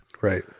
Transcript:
Right